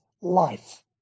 life